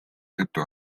tõttu